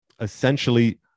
essentially